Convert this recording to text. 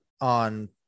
on